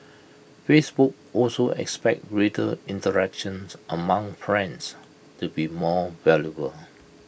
Facebook also expects greater interactions among friends to be more valuable